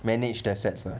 managed assets ah